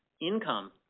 Income